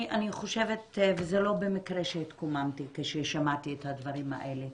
זה לא במקרה שהתקוממתי כששמעתי את הדברים האלה.